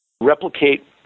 replicate